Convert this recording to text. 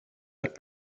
that